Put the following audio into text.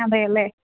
അതെയല്ലെ